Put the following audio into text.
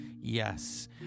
Yes